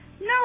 No